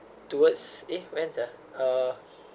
towards eh when ah uh